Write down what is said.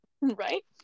Right